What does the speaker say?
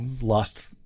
lost